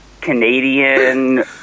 Canadian